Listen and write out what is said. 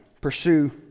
Pursue